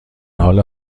حال